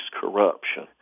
corruption